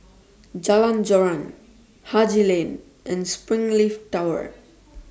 Jalan Joran Haji Lane and Springleaf Tower